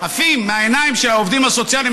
עפים מהעיניים של העובדים הסוציאליים.